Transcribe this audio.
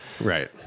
Right